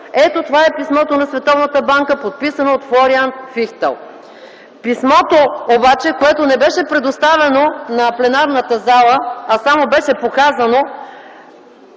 Ето това е писмото на Световната банка подписано от Флориан Фихтъл”. Писмото, което не беше предоставено на пленарната зала, а само беше показано,